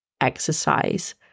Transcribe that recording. exercise